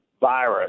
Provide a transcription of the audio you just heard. virus